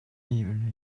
even